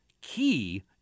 key